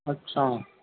اچھا